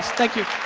thank you.